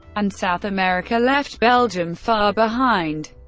and south america left belgium far behind.